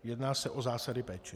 Jedná se o zásady péče.